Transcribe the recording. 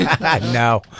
No